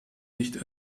nicht